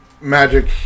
magic